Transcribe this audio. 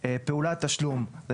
"פעולת תשלום" היא,